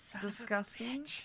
disgusting